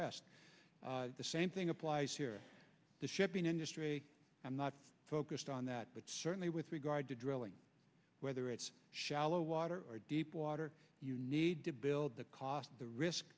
rest the same thing applies here the shipping industry i'm not focused on that but certainly with regard to drilling whether it's shallow water or deep water you need to build the cost the risk